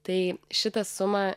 tai šitą sumą